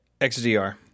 XDR